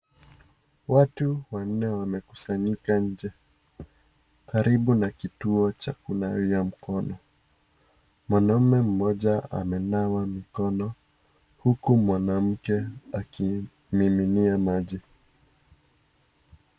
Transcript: Watu wanne wamekusanyika nje, karibu na kituo cha kunawia mkono. Mwanamume mmoja amenawa mikono huko mwanamke akimiminia maji.